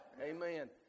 Amen